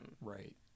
Right